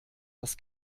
das